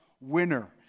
winner